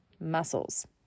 muscles